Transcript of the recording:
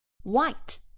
White